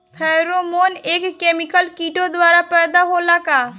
Pheromone एक chemical किटो द्वारा पैदा होला का?